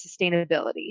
sustainability